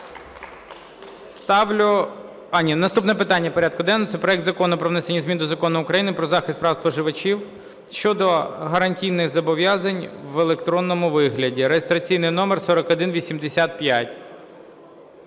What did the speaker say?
наступне питання порядку денного – це проект Закону про внесення змін до Закону України “Про захист прав споживачів” щодо гарантійних зобов’язань в електронному вигляді (реєстраційний номер 4185).